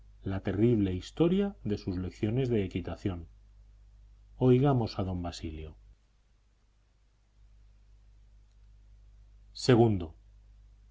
la terrible historia de sus lecciones de equitación oigamos a don basilio